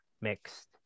mixed